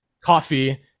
coffee